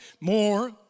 more